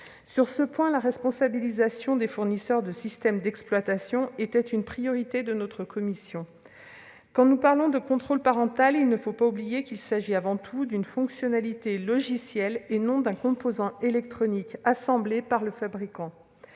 Sur ce point, la responsabilisation des fournisseurs de systèmes d'exploitation était une priorité de notre commission. Quand nous parlons de contrôle parental, il ne faut pas oublier qu'il s'agit avant tout d'une fonctionnalité logicielle et non d'un composant électronique assemblé par le fabricant.